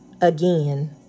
again